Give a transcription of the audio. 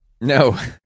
no